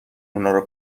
اونارو